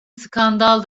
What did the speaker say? skandal